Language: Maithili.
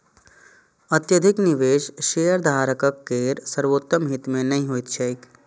अत्यधिक निवेश शेयरधारक केर सर्वोत्तम हित मे नहि होइत छैक